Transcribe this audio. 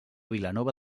vilanova